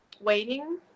waiting